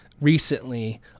recently